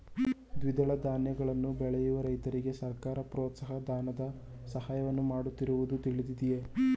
ದ್ವಿದಳ ಧಾನ್ಯಗಳನ್ನು ಬೆಳೆಯುವ ರೈತರಿಗೆ ಸರ್ಕಾರ ಪ್ರೋತ್ಸಾಹ ಧನದ ಸಹಾಯವನ್ನು ಮಾಡುತ್ತಿರುವುದು ತಿಳಿದಿದೆಯೇ?